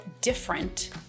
different